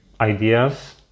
ideas